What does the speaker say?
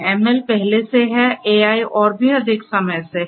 ML पहले से हैं AI और भी अधिक समय से है